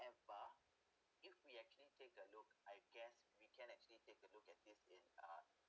ever~ if we actually take a look I guess we can actually take a look at this in uh